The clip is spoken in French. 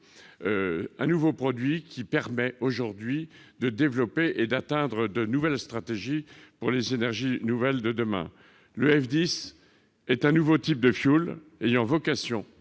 un nouveau produit qui permet de développer et d'atteindre de nouvelles stratégies pour les énergies nouvelles de demain. Le F10 est un nouveau type de fioul ayant vocation